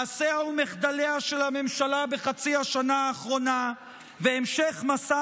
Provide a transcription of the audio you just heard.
מעשיה ומחדליה של הממשלה בחצי השנה האחרונה והמשך מסע